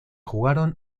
jugaron